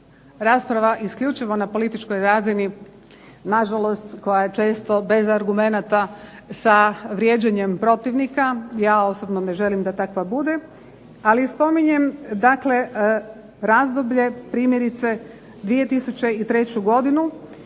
rasprava isključivo na političkoj razini, na žalost koja je često bez argumenata, sa vrijeđanjem protivnika. Ja osobno ne želim da takva bude. Ali i spominjem dakle razdoblje primjerice 2003. godinu